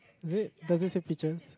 red does it say pictures